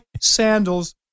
sandals